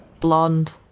blonde